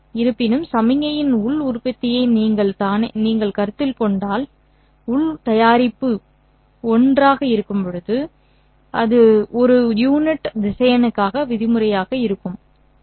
இருப்பினும் சமிக்ஞையின் உள் உற்பத்தியை நீங்கள் தானே கருத்தில் கொண்டால் உள் தயாரிப்பு 1 ஐ நீங்கள் பெறுவீர்கள் அது ஒரு யூனிட் திசையனுக்கான விதிமுறையாக இருக்கும் சரி